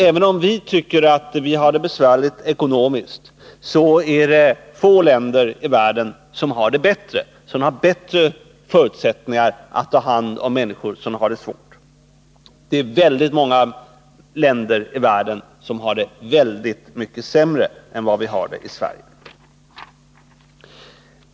Även om vi tycker att vi ekonomiskt sett har det besvärligt här, så är det få länder i världen som har bättre förutsättningar än Sverige att ta hand om människor som har det svårt. — Väldigt många länder i världen har det oerhört mycket sämre än vad Sverige har.